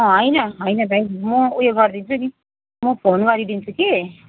होइन होइन भाइ म उयो गरिदिन्छु नि म फोन गरिदिन्छु कि